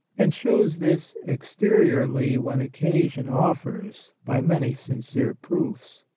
and shows this exteriorly when occasion offers by many sincere proofs.